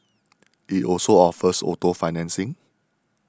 it also offers auto financing